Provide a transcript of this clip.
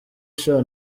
sha